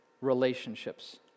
relationships